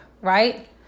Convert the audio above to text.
Right